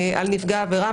על נפגע העבירה.